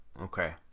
Okay